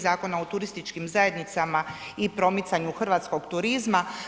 Zakona o turističkim zajednicama i promicanju hrvatskog turizma.